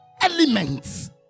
elements